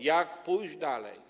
Jak pójść dalej?